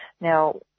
Now